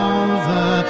over